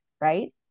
right